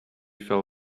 fell